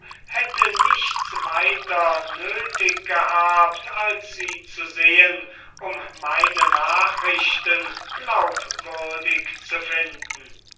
hätte nichts weiter nötig gehabt als sie zu sehen um meine nachrichten glaubwürdig zu finden